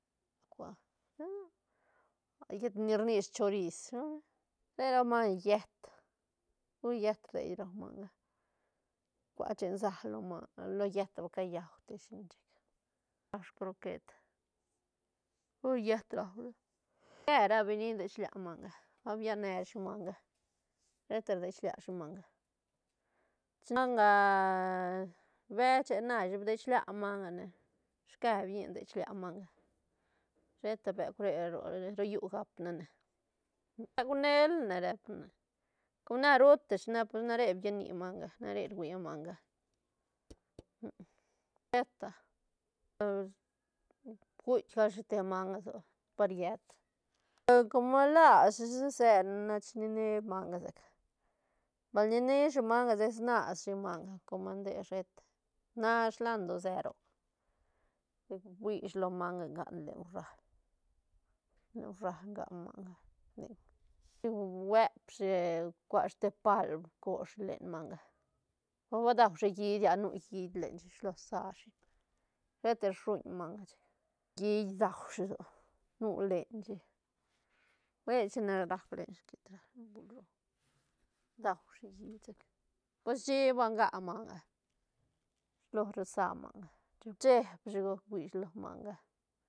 Bekua llet ni rni shi choris shilone re rau manga yët pur yët rdeilla rau manga rcua chen sä lo man lo yët ba callau tishi chic raushi croquet pur yët rau rashi sique ra benin dei shilia manga ba biane shi manga sheta rdei shilia shi manga chin nac manga beche na shi bidei shilia manga ne shique biñi nde shilia manga sheta beuk re ro llu gap nene speuk nel ne repa nare con na ruta shi na pues nare biani manga nare ruia manga eta guitk gal shi te manga sola pariet com lashi sese lach ni ne manga sec bal ñineshi manga sec snashi manga com nde sheta nash lando se roc fui shi lo manga nga len urail- len uirial nga manga nic chic guep shi cuashi te pal bcoshi len manga com ba daushi hiit ah nu hiit lenshi silo sashi sheta suñ manga chic hiit duashi sola nu lenshi hui china rac lenshi queta ran lenshi buil duashi hiit chec pues chi ba nga manga shilo ru sa manga chic cheeb shi go fuishi lo manga.